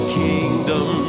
kingdom